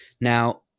Now